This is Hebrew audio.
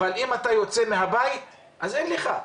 אבל אם אתה יוצא מהבית אין לך.